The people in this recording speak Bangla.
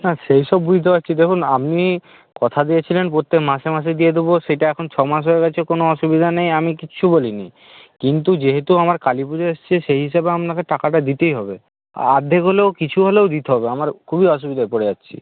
হ্যাঁ সেই সব বুঝতে পারছি দেখুন আপনি কথা দিয়েছিলেন প্রত্যেক মাসে মাসে দিয়ে দেবো সেইটা এখন ছমাস হয়ে গেছে কোনো অসুবিধা নেই আমি কিছু বলিনি কিন্তু যেহেতু আমার কালী পুজো এসেছে সেই হিসেবে আপনাকে টাকাটা দিতেই হবে অর্ধেক হলেও কিছু হলেও দিতে হবে আমার খুবই অসুবিধায় পড়ে যাচ্ছি